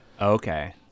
Okay